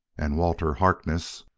and walter harkness,